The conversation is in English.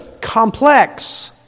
complex